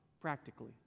practically